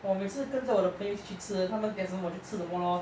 我每次跟着我的朋友一起去吃的他们点什么我就吃什么 lor